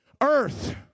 Earth